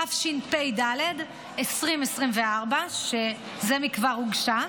התשפ"ד 2024, שזה מכבר הוגשה.